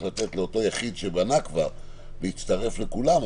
לתת לאותו יחיד שבנה כבר והצטרף לכולם,